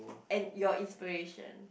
and your inspiration